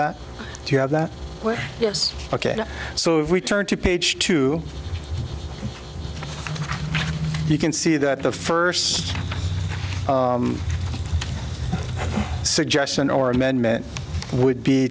that do you have that yes ok so if we turn to page two you can see that the first suggestion or amendment would be